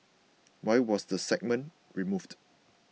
why was the segment removed